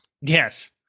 Yes